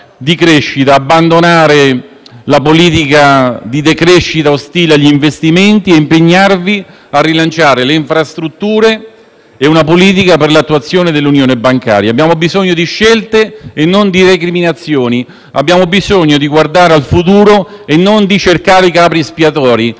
di crescita, abbandonare la politica di decrescita ostile agli investimenti e dovete impegnarvi a rilanciare le infrastrutture e una politica per l'attuazione dell'unione bancaria. Abbiamo bisogno di scelte e non di recriminazioni. Abbiamo bisogno di guardare al futuro e non di cercare i capri espiatori.